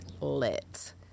lit